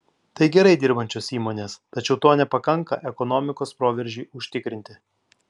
tai gerai dirbančios įmonės tačiau to nepakanka ekonomikos proveržiui užtikrinti